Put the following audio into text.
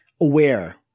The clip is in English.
aware